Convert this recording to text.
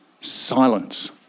silence